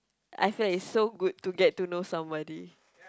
I feel that it's so good to get to know somebody